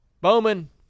Bowman